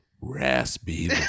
raspy